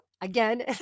again